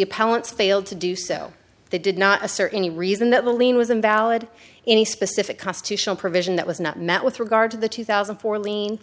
appellant's failed to do so they did not assert any reason that the lean was invalid in a specific constitutional provision that was not met with regard to the two thousand and four lean